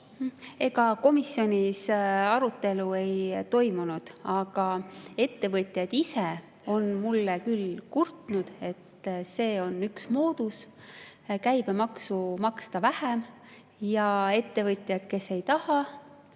Ega komisjonis arutelu ei toimunud. Aga ettevõtjad ise on mulle küll kurtnud, et see on üks moodus maksta vähem käibemaksu. Ja ettevõtjad, kes ei taha